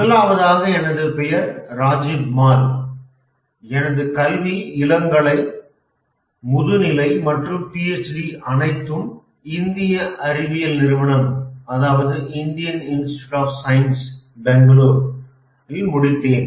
முதலாவதாக எனது பெயர் ராஜீப் மால் எனது கல்வி இளங்கலை முதுநிலை மற்றும் பிஎச்டி அனைத்தையும் இந்திய அறிவியல் நிறுவனம் பெங்களூரில் முடித்தேன்